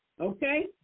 Okay